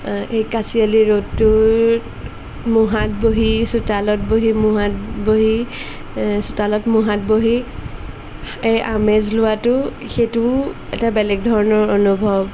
সেই কাঁচিয়লি ৰ'দটোক মূঢ়াত বহি চোতালত বহি মূঢ়াত বহি চোতালত মূঢ়াত বহি এই আমেজ লোৱাটো সেইটো এটা বেলেগ ধৰণৰ অনুভৱ